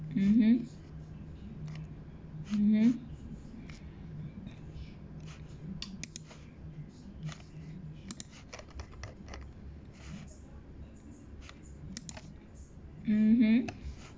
mmhmm mmhmm mmhmm